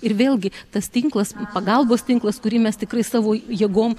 ir vėlgi tas tinklas pagalbos tinklas kurį mes tikrai savo jėgom